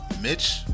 Mitch